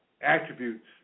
attributes